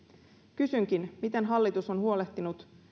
kysynkin miten hallitus on huolehtinut